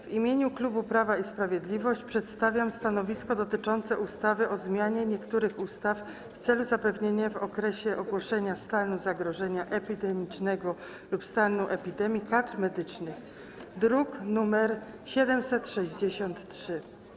W imieniu klubu Prawo i Sprawiedliwość przedstawiam stanowisko dotyczące ustawy o zmianie niektórych ustaw w celu zapewnienia w okresie ogłoszenia stanu zagrożenia epidemicznego lub stanu epidemii kadr medycznych, druk nr 763.